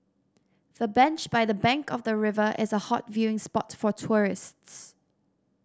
the bench by the bank of the river is a hot viewing spot for tourists